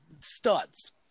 studs